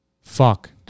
Fuck